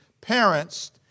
Parents